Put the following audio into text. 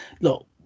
look